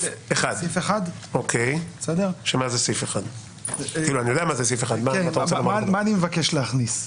מה אני מבקש להכניס?